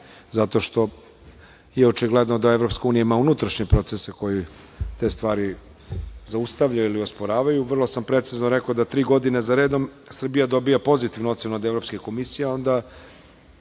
zato što je očigledno da EU ima unutrašnje procese koji te stvari zaustavljaju ili osporavaju. Vrlo sam precizno rekao da tri godine za redom Srbija dobija pozitivne ocene od Evropske komisije, onda